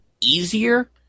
easier